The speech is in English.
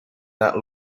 that